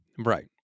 Right